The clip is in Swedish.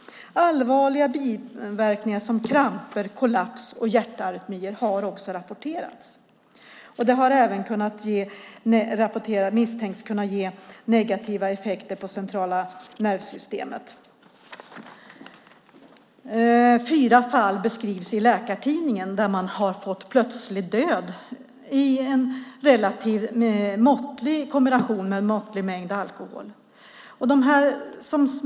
Allvarliga biverkningar som kramper, kollaps och hjärtarytmier har också rapporterats. Den misstänks även kunna ge negativa effekter på centrala nervsystemet. I Läkartidningen beskrivs fyra fall av plötslig död vid en kombination med en relativt måttlig mängd alkohol.